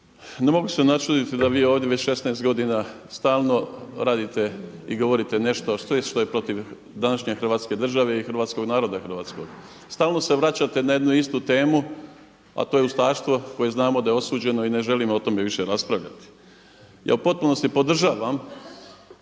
Ne mogu se načuditi da vi ovdje već 16 godina stalno radite i govorite nešto sve što je protiv današnje Hrvatske države i naroda hrvatskog. Stalno se vraćate na jednu istu temu, a to je ustaštvo koje znamo da je osuđeno i ne želimo o tome više raspravljati. Ja u potpunosti podržavam